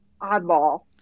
oddball